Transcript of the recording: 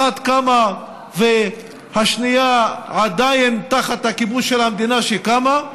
אחת קמה והשנייה עדיין תחת הכיבוש של המדינה שקמה,